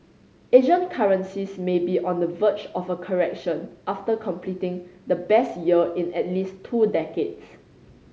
Asian currencies may be on the verge of a correction after completing the best year in at least two decades